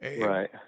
Right